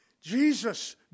Jesus